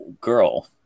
girl